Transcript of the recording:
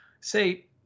say